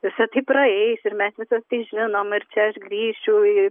visa tai praeis ir mes visos tai žinom ir čia aš grįšiu į